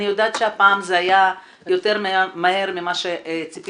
אני יודעת שהפעם זה היה יותר מהר ממה שציפינו,